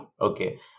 okay